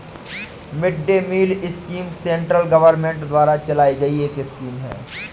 mid day meal scheme central government द्वारा चलाई गई एक स्कीम है